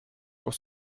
pour